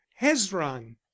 Hezron